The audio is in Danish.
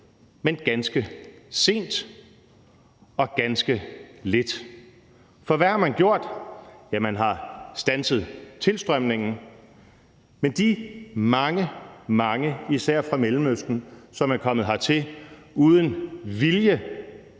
men ganske sent og ganske lidt. For hvad har man gjort? Jo, man har standset tilstrømningen, men hvad angår de mange fra især Mellemøsten, som er kommet hertil uden vilje